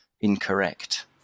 Incorrect